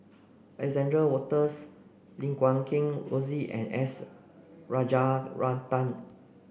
Alexander Wolters Lim Guat Kheng Rosie and S Rajaratnam